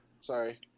Sorry